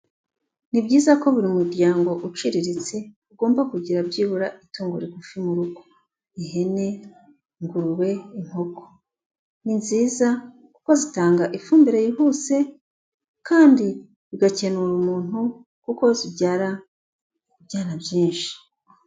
Ni byiza ko buri muryango uciriritse ugomba kugira byibura itungo rigufi mu rugo ihene, ingurube, inkoko ni nziza kuko zitanga ifumbire yihuse kandi zigakenera umuntu kuko zibyara ibyana byinshi.